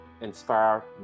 inspire